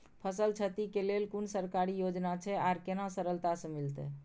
फसल छति के लेल कुन सरकारी योजना छै आर केना सरलता से मिलते?